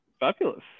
Fabulous